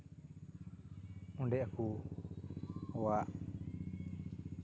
ᱚᱸᱰᱮ ᱟᱠᱚᱣᱟᱜ